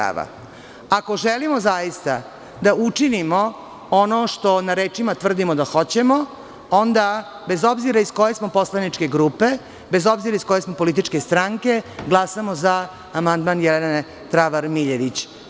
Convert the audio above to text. Ako želimo zaista da učinimo ono štona rečima tvrdimo da hoćemo onda bez obzira iz koje smo poslaničke grupe, bez obzira iz koje smo političke stranke glasamo za amandman Jelena Travar Miljević.